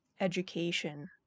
education